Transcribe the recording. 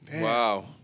Wow